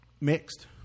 Mixed